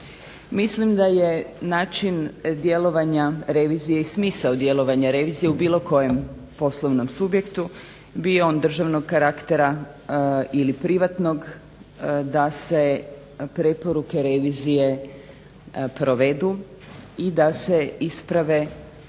Mislim da je način djelovanja revizije i smisao djelovanja revizije u bilo kojem poslovnom subjektu, bio on državnog karaktera ili privatnog, da se preporuke revizije provedu i da se ispravi